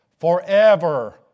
forever